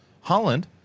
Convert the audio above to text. Holland